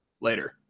later